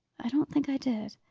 i don't think i did.